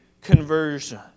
conversion